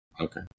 Okay